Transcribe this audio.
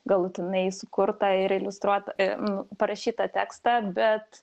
galutinai sukurtą ir iliustruotą nu parašytą tekstą bet